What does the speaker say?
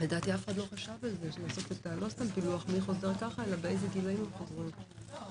ב-11.7 בהתייחסות לכל הנושאים האלה ועם התקנות.